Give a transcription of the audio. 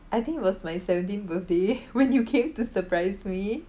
I think it was my seventeenth birthday when you came to surprise me